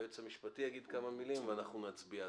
היועץ המשפטי יגיד כמה מילים ואנחנו נצביע.